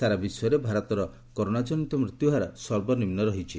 ସାରା ବିଶ୍ୱରେ ଭାରତର କରୋନା ଜନିତ ମୃତ୍ୟୁ ହାର ସର୍ବନିମ୍ନ ରହିଛି